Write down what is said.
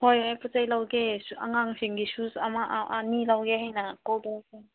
ꯍꯣꯏ ꯑꯩ ꯄꯣꯠ ꯆꯩ ꯂꯧꯒꯦ ꯑꯉꯥꯡꯁꯤꯡꯒꯤ ꯁꯨꯁ ꯑꯃ ꯑꯅꯤ ꯂꯧꯒꯦ ꯍꯥꯏꯅ ꯀꯣꯜ ꯇꯧꯔꯛꯄꯅꯤ